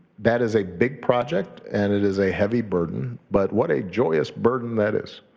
that is a big project and it is a heavy burden, but what a joyous burden that is.